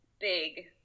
big